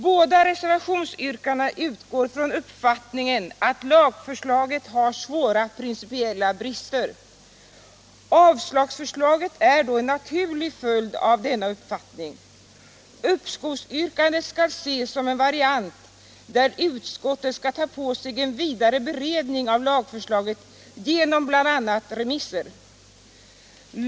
Båda reservationsyrkandena utgår från uppfattningen att lagförslaget har svåra principiella brister. Avslagsförslaget är då en naturlig följd av den uppfattningen. Uppskovsyrkandet skall ses som en variant, där utskottet skall ta på sig en vidare beredning av lagförslaget bl.a. genom remisser.